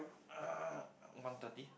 one thirty